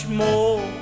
more